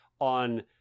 on